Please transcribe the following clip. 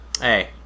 Hey